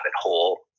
hole